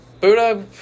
Buddha